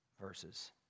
verses